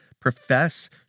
profess